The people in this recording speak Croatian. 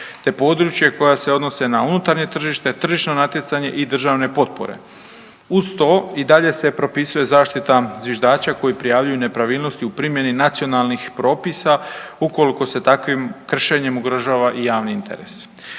te područja koja se odnose na unutarnje tržište, tržišno natjecanje i državne potpore. Uz to i dalje se propisuje zaštita zviždača koji prijavljuju nepravilnosti u primjeni nacionalnih propisa ukoliko se takvim kršenjem ugrožava i javni interes.